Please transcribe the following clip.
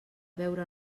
veure